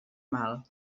mal